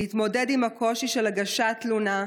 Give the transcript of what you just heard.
להתמודד עם הקושי של הגשת תלונה,